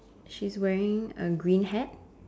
she's wearing a green hat